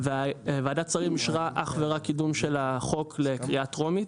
וועדת השרים אישרה אך ורק קידום של החוק לקריאה טרומית